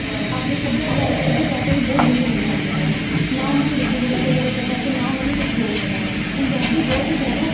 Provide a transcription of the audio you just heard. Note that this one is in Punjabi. ਆਪਦੇ ਸੱਭਿਆਚਾਰ ਸੱਭਿਆਚਾਰ ਤੋਂ ਵੀ ਬਹੁਤ ਦੂਰ ਹੁੰਦੇ ਜਾਂਦੇ ਪਏ ਆ ਨਾ ਉਹਨਾਂ ਨੂੰ ਰੀਤੀ ਰਿਵਾਜ਼ਾਂ ਬਾਰੇ ਪਤਾ ਹੈ ਅਤੇ ਨਾ ਉਹਨਾਂ ਨੂੰ ਕੁਛ ਹੋਰ ਪਤਾ ਹੈ ਪੰਜਾਬੀ ਬਹੁਤ ਹੀ ਜ਼ਿਆਦਾ